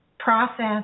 Process